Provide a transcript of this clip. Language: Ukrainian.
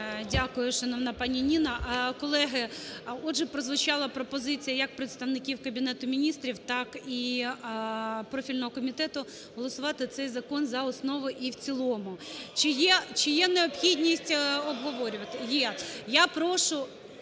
Дякую, шановна пані Ніна. Колеги, отже, прозвучала пропозиція як представників Кабінету Міністрів, так і профільного комітету голосувати цей закон за основу і в цілому. Чи є необхідність обговорювати? Є. Я прошу…